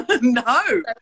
no